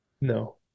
No